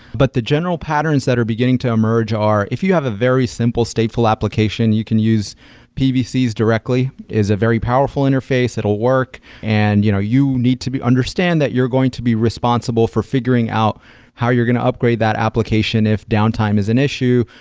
but the general patterns that are beginning to emerge are, if you have a very simple stateful application, you can use pvcs directly, is a very powerful interface that'll work and you know you need to understand that you're going to be responsible for figuring out how you're going to upgrade that application if downtime is an issue.